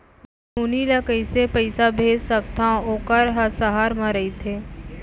नोनी ल कइसे पइसा भेज सकथव वोकर ह सहर म रइथे?